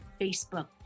Facebook